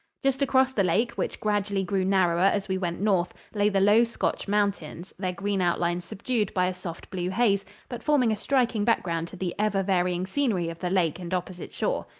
just across the lake, which gradually grew narrower as we went north, lay the low scotch mountains, their green outlines subdued by a soft blue haze, but forming a striking background to the ever-varying scenery of the lake and opposite shore.